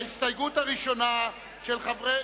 ההסתייגות הראשונה של חברי